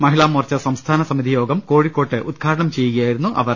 മഹിളാ മോർച്ച സംസ്ഥാന സമിതിയോഗം ഭക്വാഴിക്കോട്ട് ഉദ്ഘാടനം ചെയ്യുകയായിരുന്നു അവർ